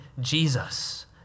Jesus